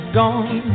gone